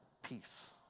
peace